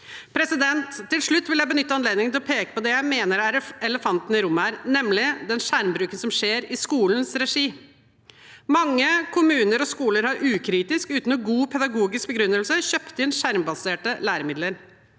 i dag. Til slutt vil jeg benytte anledningen til å peke på det jeg mener er elefanten i rommet her, nemlig den skjermbruken som skjer i skolens regi. Mange kommuner og skoler har ukritisk, uten en god pedagogisk begrunnelse, kjøpt inn skjermbaserte læremidler.